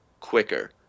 quicker